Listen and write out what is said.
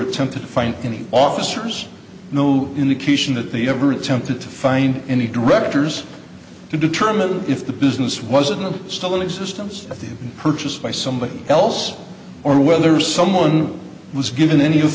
attempted to find any officers no indication that they ever attempted to find any directors to determine if the business wasn't still in existence of the purchase by somebody else or whether someone was given any